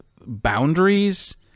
boundaries